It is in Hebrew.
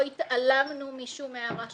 לא התעלמנו משום הערה שקיבלנו,